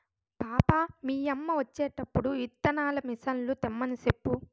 పాపా, మీ యమ్మ వచ్చేటప్పుడు విత్తనాల మిసన్లు తెమ్మని సెప్పు